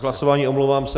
K hlasování, omlouvám se.